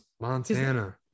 Montana